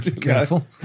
careful